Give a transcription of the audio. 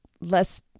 less